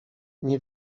nie